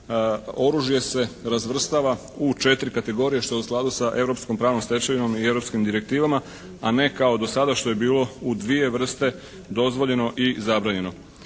Oružje se razvrstava u 4 kategorije što je u skladu sa europskom pravnom stečevinom i europskim direktivama, a ne kao do sada što je bilo u 2 vrste dozvoljeno i zabranjeno.